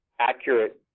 accurate